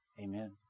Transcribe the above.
Amen